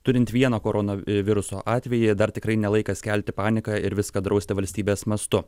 turint vieno koronaviruso atvejį dar tikrai ne laikas kelti paniką ir viską drausti valstybės mastu